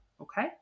Okay